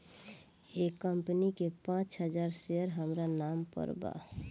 एह कंपनी के पांच हजार शेयर हामरा नाम पर बा